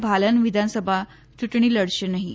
ભાલન વિધાનસભા યૂંટણી લડશે નહીં